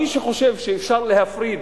מי שחושב שאפשר להפריד